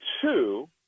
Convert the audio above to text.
two